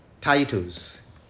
titles